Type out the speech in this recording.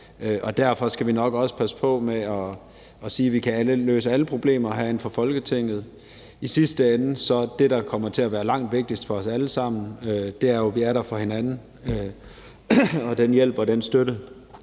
og derfor skal vi nok også passe på med at sige, at vi herinde fra Folketinget kan løse alle problemer. I sidste ende er det, der kommer til at være det langt vigtigste for os alle sammen, jo, at vi er der for hinanden, og den hjælp og den støtte,